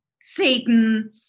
Satan